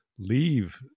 leave